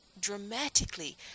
dramatically